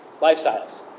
lifestyles